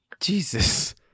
Jesus